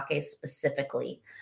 specifically